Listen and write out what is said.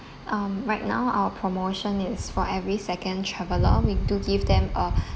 um right now our promotion is for every second traveller we do give them a